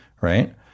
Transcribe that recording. right